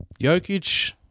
Jokic